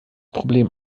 problem